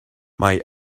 mae